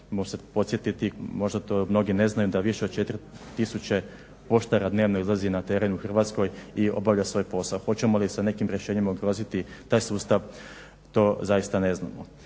možda to mnogi ne znaju da više od 4000 poštara dnevno izlazi na teren u Hrvatskoj i obavlja svoj posao. Hoćemo li sa nekim rješenjima obilaziti taj sustav to zaista ne znamo.